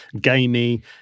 gamey